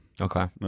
Okay